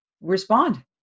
respond